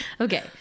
Okay